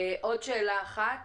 עוד שאלה אחת.